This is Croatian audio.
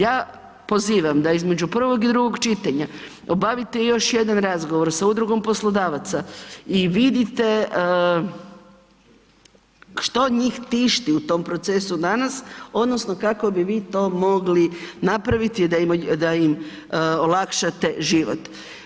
Ja pozivam da između prvog i drugog čitanja obavite još jedan razgovor sa udrugom poslodavaca i vidite što njih tišti u tom procesu danas odnosno kako bi vi to mogli napraviti da im olakšate život.